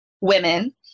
women